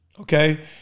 okay